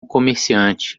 comerciante